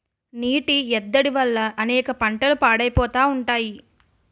నీటి ఎద్దడి వల్ల అనేక పంటలు పాడైపోతా ఉంటాయి